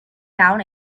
down